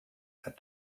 had